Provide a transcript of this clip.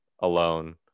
alone